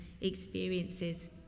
experiences